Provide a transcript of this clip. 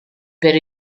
per